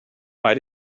why